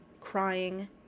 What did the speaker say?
crying